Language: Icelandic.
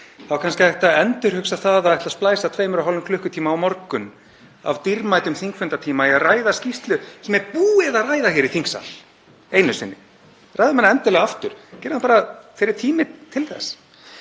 er kannski hægt að endurhugsa það að ætla að splæsa tveimur og hálfum klukkutíma á morgun af dýrmætum þingfundatíma í að ræða skýrslu sem er búið að ræða hér í þingsal einu sinni. Ræðum hana endilega aftur, gerum það bara þegar það er tími til þess.